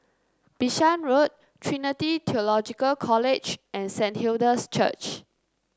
Bishan Road Trinity Theological College and Saint Hilda's Church